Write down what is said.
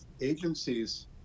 agencies